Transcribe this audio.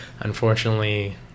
unfortunately